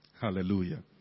Hallelujah